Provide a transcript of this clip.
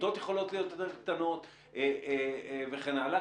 הכיתות יכולות להיות יותר קטנות וכן הלאה,